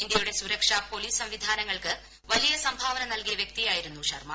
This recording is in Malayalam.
ഇന്ത്യയുടെ സുരക്ഷ പോലീസ് സംവിധാനങ്ങൾക്ക് വലിയ ്സംഭാവന നൽകിയ വ്യക്തിയായിരുന്നു ശർമ